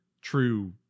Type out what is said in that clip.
true